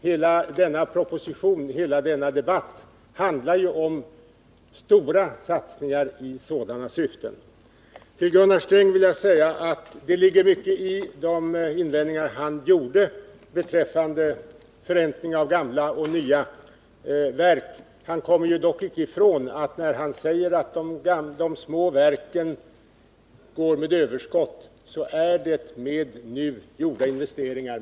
Hela denna proposition och hela denna debatt handlar ju om stora satsningar i sådana syften. Till Gunnar Sträng vill jag säga att det ligger mycket i de invändningar han gjorde beträffande förräntning av gamla och nya verk. Men man kommer icke ifrån att när de små verken lämnar ett överskott, så är det med nu gjorda investeringar.